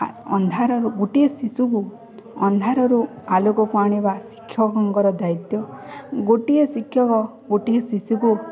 ଅନ୍ଧାରରୁ ଗୋଟିଏ ଶିଶୁକୁ ଅନ୍ଧାରରୁ ଆଲୋକକୁ ଆଣିବା ଶିକ୍ଷକଙ୍କର ଦାୟିତ୍ୱ ଗୋଟିଏ ଶିକ୍ଷକ ଗୋଟିଏ ଶିଶୁକୁ